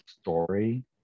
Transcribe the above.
story